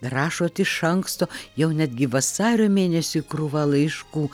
rašot iš anksto jau netgi vasario mėnesiui krūva laiškų